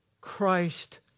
Christ